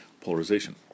polarization